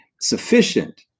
sufficient